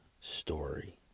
story